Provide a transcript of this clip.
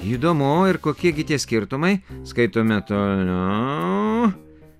įdomu ir kokie gi tie skirtumai skaitome toliau